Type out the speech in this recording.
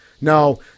no